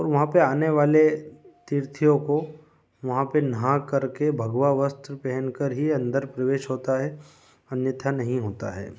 और वहाँ पर आने वाले तिर्थीयों को वहाँ पर नहा करके भगवा वस्त्र पहन कर ही अन्दर प्रवेश होता है अन्यथा नहीं होता है